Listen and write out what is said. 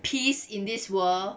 peace in this world